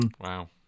Wow